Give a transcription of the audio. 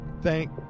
thank